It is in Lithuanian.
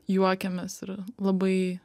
juokiamės ir labai